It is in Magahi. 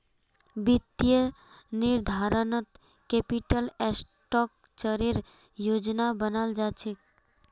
वित्तीय निर्धारणत कैपिटल स्ट्रक्चरेर योजना बनाल जा छेक